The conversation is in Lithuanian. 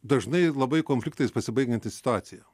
dažnai labai konfliktais pasibaigianti situacija